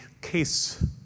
case